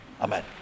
Amen